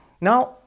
Now